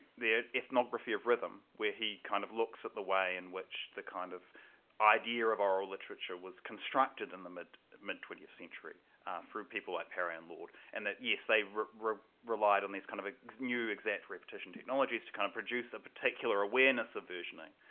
the ethnography of rhythm, where he kind of looks at the way in which the kind of idea of oral literature was constructed in the mid mid twentieth century through people like perry and lord and that yes they relied on these kind of a new exact repetition technologies to kind of produce a particular awareness of versioning,